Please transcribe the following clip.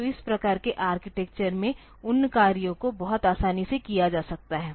तो इस प्रकार की आर्किटेक्चर में उन कार्यों को बहुत आसानी से किया जा सकता है